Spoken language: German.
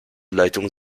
leitung